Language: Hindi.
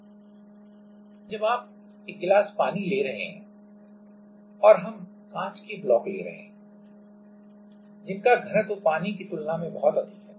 और उसके लिए हम इस उदाहरण पर काम करेंगे जहां हम एक गिलास पानी ले रहे हैं और हम कांच के ब्लॉक ले रहे हैं जिनका घनत्व पानी की तुलना में बहुत अधिक है